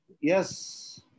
Yes